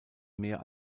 mehr